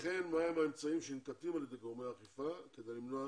וכן מה הם האמצעים שננקטים על ידי גורמי האכיפה כדי למנוע